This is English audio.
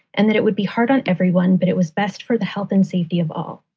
and that it would be hard on everyone, but it was best for the health and safety of all.